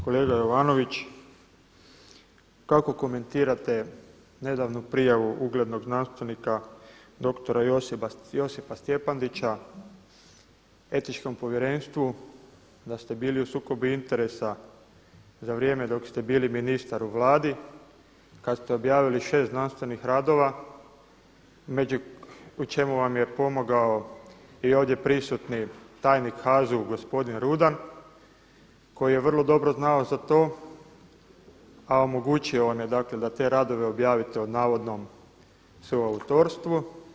Kolega Jovanović, kako komentirate nedavnu prijavu uglednog znanstvenika doktora Josipa Stjepandića Etičkom povjerenstvu da ste bili u sukobu interesa za vrijeme dok ste bili ministar u Vladi kad ste objavili šest znanstvenih radova u čemu vam je pomogao i ovdje prisutni tajnik HAZU gospodine Rudan koji je vrlo dobro znao za to, a omogućio vam je, dakle da te radove objavite o navodnom suautorstvu.